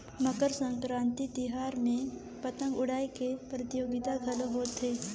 मकर संकरांति तिहार में पतंग उड़ाए के परतियोगिता घलो होथे